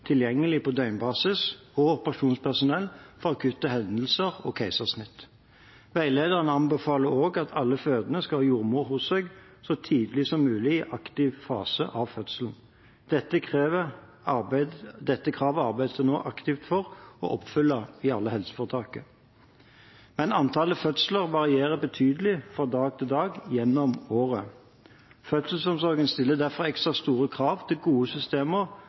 tilgjengelig på døgnbasis og operasjonspersonell for akutte hendelser og keisersnitt. Veilederen anbefaler også at alle fødende skal ha jordmor hos seg så tidlig som mulig i aktiv fase av fødselen. Dette kravet arbeides det nå aktivt for å oppfylle i alle helseforetak. Men antallet fødsler varierer betydelig fra dag til dag gjennom året. Fødselsomsorgen stiller derfor ekstra store krav til gode systemer